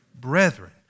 Brethren